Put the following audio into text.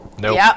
Nope